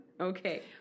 Okay